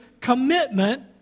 commitment